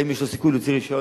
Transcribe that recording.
האם יש לו סיכוי להוציא רשיון,